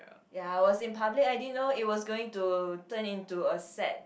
ya I was in public I didn't know it was going to turn into a sad